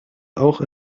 auch